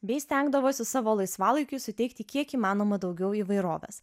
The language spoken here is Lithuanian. bei stengdavosi savo laisvalaikiui suteikti kiek įmanoma daugiau įvairovės